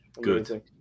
Good